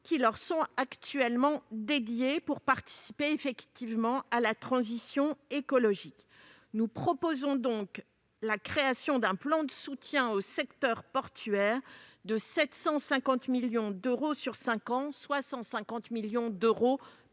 qui leur sont actuellement dédiés, pour participer efficacement à la transition écologique. Nous proposons donc la création d'un plan de soutien au secteur portuaire de 750 millions d'euros sur cinq ans, soit 150 millions d'euros